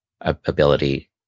ability